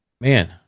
man